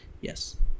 Yes